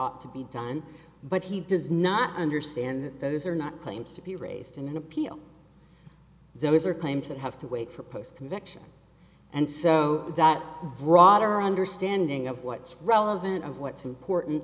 ought to be done but he does not understand that those are not claims to be raised in an appeal there is are claims that have to wait for post conviction and so that broader understanding of what's relevant of what's important